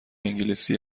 انگلیسی